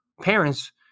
parents